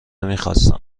میخواستم